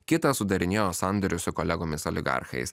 kitą sudarinėjo sandorius su kolegomis oligarchais